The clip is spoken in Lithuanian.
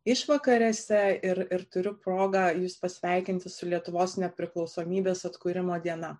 išvakarėse ir ir turiu progą jus pasveikinti su lietuvos nepriklausomybės atkūrimo diena